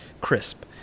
crisp